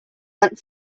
went